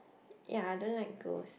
ya I don't like ghosts